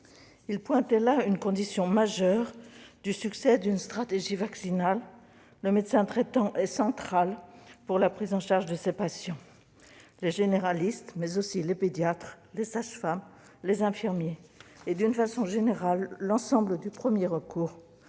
Il pointait là une condition majeure du succès d'une stratégie vaccinale : le médecin traitant est central pour la prise en charge de ses patients. Les généralistes, les pédiatres, les sages-femmes, les infirmiers et, d'une façon générale, l'ensemble du premier recours,